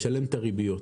לשלם את הריביות.